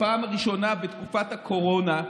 בפעם הראשונה בתקופת הקורונה,